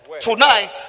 Tonight